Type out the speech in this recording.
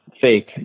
fake